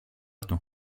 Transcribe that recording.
του